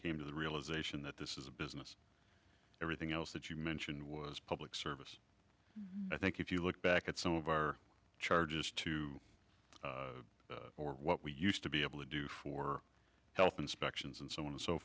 came to the realization that this is a business everything else that you mentioned was public service i think if you look back at some of our charges to or what we used to be able to do for health inspections and so on and so